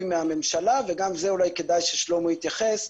מהממשלה וגם זה אולי כדאי ששלמה יתייחס,